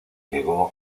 llegó